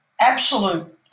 absolute